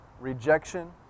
rejection